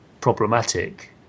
problematic